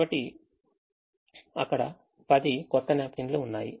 కాబట్టి అక్కడ 10 కొత్త న్యాప్కిన్లు ఉన్నాయి